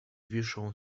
wiszą